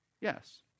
Yes